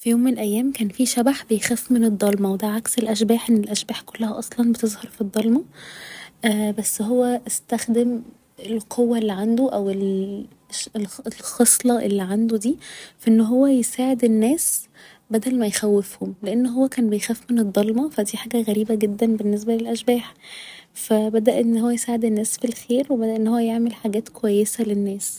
في يوم من الأيام كان في شبح بيخاف من الضلمة و ده عكس الأشباح لان الأشباح كلها أصلا بتظهر في الضلمة بس هو استخدم القوة اللي عنده او ال ال الخصلة اللي عنده دي في ان هو يساعد الناس بدل ما يخوفهم لان هو كان بيخاف من الضلمة ف دي حاجة غريبة جدا بالنسبة للأشباح فبدأ ان هو يساعد الناس في الخير و بدأ ان هو يعمل حاجات كويسة للناس